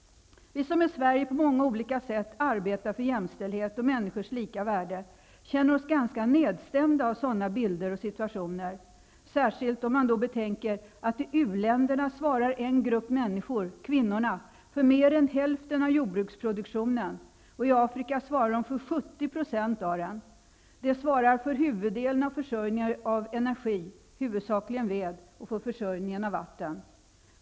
Vi som i Sverige på många olika sätt arbetar för jämställdhet och människors lika värde känner oss ganska nedstämda av sådana bilder och situationer, särskilt om man då betänker att en grupp människor, kvinnorna, i u-länderna svarar för mer än hälften av jordbruksproduktionen. I Afrika svarar de för 70 % av den. De svarar för huvuddelen av försörjningen av energi, huvudsakligen ved, och för försörjningen av vatten.